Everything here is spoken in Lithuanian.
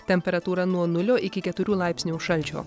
temperatūra nuo nulio iki keturių laipsnių šalčio